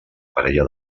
parella